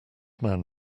man